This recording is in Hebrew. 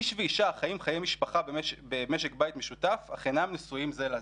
איש ואישה החיים חיי משפחה במשק בית משותף אך אינם נשואים זה לזה.